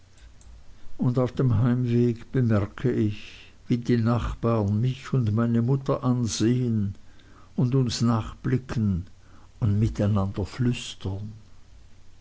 und auf dem heimweg bemerke ich wie die nachbarn mich und meine mutter ansehen und uns nachblicken und miteinander flüstern